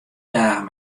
dagen